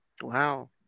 Wow